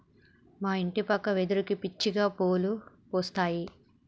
మా ఇంటి పక్క వెదురుకి పిచ్చిగా పువ్వులు పూస్తాయి